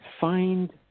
find